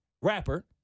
rapper